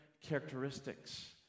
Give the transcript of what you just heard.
characteristics